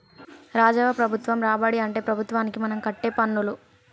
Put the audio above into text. రాజవ్వ ప్రభుత్వ రాబడి అంటే ప్రభుత్వానికి మనం కట్టే పన్నులు